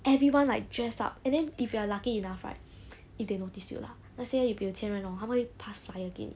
everyone like dress up and then if you are lucky enough right if they notice you lah let's say if 有钱人 hor 他们会 pass flyer 给你